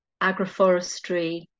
agroforestry